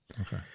Okay